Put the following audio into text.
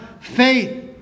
faith